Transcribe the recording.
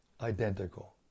identical